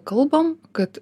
kalbam kad